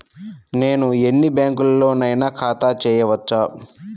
నేను ఎన్ని బ్యాంకులలోనైనా ఖాతా చేయవచ్చా?